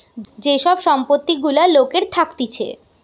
যে সব সম্পত্তি গুলা লোকের থাকতিছে